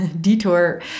detour